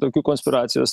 tokių konspiracijos